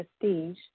prestige